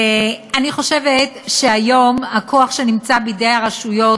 אני חושבת שהיום הכוח שנמצא בידי הרשויות,